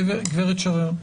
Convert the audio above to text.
הגברת שרר.